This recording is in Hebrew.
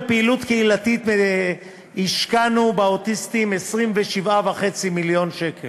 בפעילות קהילתית השקענו באוטיסטים 27.5 מיליון שקל.